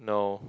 no